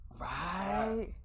right